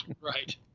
right